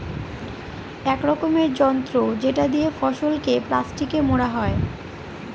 এক রকমের যন্ত্র যেটা দিয়ে ফসলকে প্লাস্টিকে মোড়া হয়